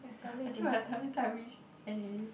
I think by the ti~ time i reach end already